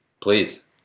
Please